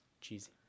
Cheesy